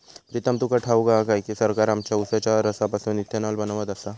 प्रीतम तुका ठाऊक हा काय की, सरकार आमच्या उसाच्या रसापासून इथेनॉल बनवत आसा